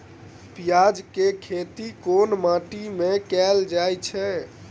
प्याज केँ खेती केँ माटि मे कैल जाएँ छैय?